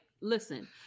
Listen